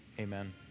Amen